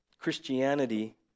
Christianity